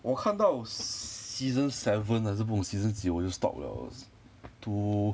我看到 s~ season seven 还是不懂 season 几我就 stop liao it was too